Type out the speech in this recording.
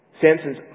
Samson's